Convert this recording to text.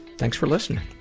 thanks for listening.